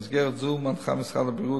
במסגרת זו מנחה משרד הבריאות,